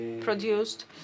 produced